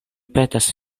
petas